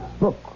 Look